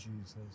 Jesus